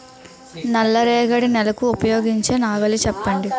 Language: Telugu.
నల్ల రేగడి నెలకు ఉపయోగించే నాగలి చెప్పండి?